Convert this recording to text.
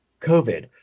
COVID